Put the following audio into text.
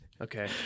Okay